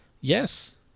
Yes